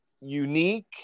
unique